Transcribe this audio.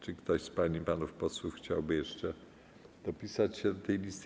Czy ktoś z pań i panów posłów chciałby jeszcze dopisać się do tej listy?